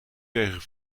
tegen